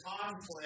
conflict